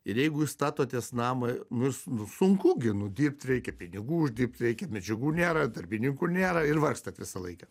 ir jeigu jūs statotės namą nus nu sunku nu dirbt reikia pinigų uždirbt reikia medžiagų nėra darbininkų nėra ir vargstat visą laiką